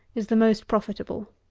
is the most profitable.